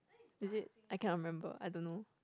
is it I cannot remember I don't know